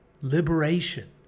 liberation